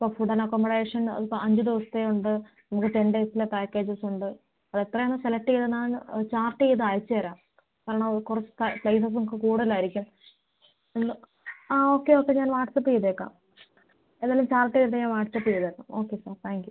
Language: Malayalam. ഓ ഫുഡ് ആൻഡ് അക്കോമഡേഷൻ അത് ഇപ്പോൾ അഞ്ച് ദിവസത്തെ ഉണ്ട് നമുക്ക് ടെൻ ഡേയ്സിലെ പാക്കേജസ് ഉണ്ട് അത് എത്ര ആണ് സെലക്ട് ചെയ്ത് ചാർട്ട് ചെയ്ത് അയച്ചു തരാം കാരണം അത് കുറച്ച് പ്ലയിസസ് നമുക്ക് കൂടുതലായിരിക്കും നിങ്ങൾ ആ ഓക്കെ ഓക്കെ ഞാൻ വാട്ട്സ്ആപ്പ് ചെയ്തേക്കാം എന്നാൽ ചാർട്ട് ചെയ്ത് ഞാൻ വാട്ട്സ്ആപ്പ് ചെയ്തേക്കാം ഓക്കെ സാർ താങ്ക് യു